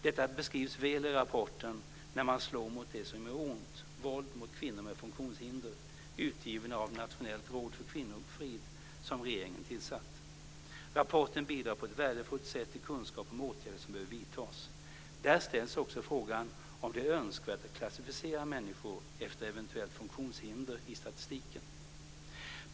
Detta beskrivs väl i rapporten När man slår mot det som gör ont - Rapporten bidrar på ett värdefullt sätt till kunskap om åtgärder som behöver vidtas. Där ställs också frågan om det är önskvärt att klassificera människor efter eventuellt funktionshinder i statistiken.